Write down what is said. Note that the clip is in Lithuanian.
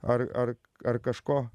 ar ar ar kažko